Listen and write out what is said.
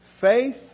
Faith